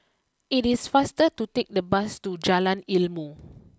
it is faster to take the bus to Jalan Ilmu